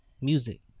Music